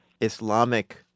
Islamic